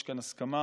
יש כאן הסכמה,